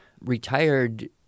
retired